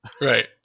Right